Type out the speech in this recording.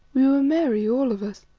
we were merry, all of us,